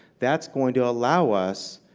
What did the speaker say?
that's going to allow us